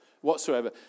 whatsoever